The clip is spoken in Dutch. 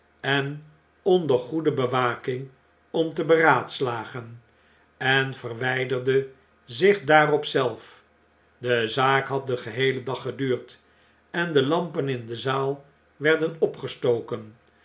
en onder goede bewaking om te beraadslagen en verwijderde zich daarop zelf de zaak had den geheelen dag geduurd en de lampeninde zaal werden opgestoken